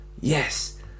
yes